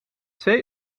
twee